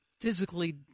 physically